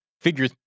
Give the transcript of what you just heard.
figure